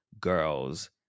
girls